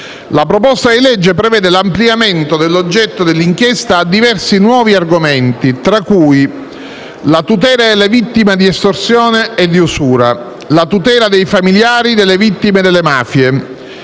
la proposta di legge prevede l'ampliamento dell'oggetto dell'inchiesta a diversi nuovi argomenti, tra cui la tutela delle vittime di estorsione e di usura, la tutela dei familiari delle vittime delle mafie,